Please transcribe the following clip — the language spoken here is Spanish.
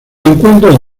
encuentra